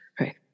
right